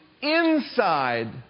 inside